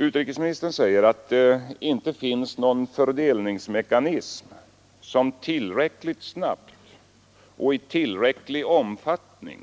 Utrikesministern säger att det inte finns någon fördelningsmekanism som tillräckligt snabbt och i tillräcklig omfattning